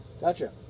Gotcha